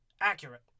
Accurate